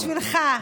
אני פה בשבילך,